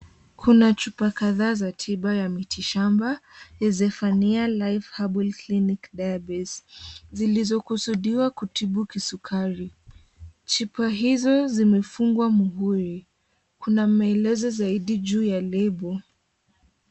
Kuna chupa kadhaa za Gina ya mitishamba ya Zephaniah Life Herbal Clinic Dawabase zilizokusudiwa kutibu kisukari. Chupa hizo zimefungwa muhuri. Kuna maelezo zaidi juu ya lebo.